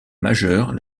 majeurs